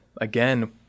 again